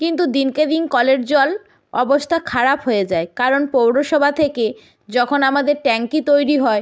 কিন্তু দিনকে দিন কলের জল অবস্থা খারাপ হয়ে যায় কারণ পৌরসভা থেকে যখন আমাদের ট্যাংকি তৈরি হয়